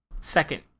second